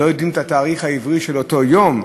לא יודעים את התאריך העברי של אותו יום.